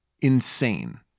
insane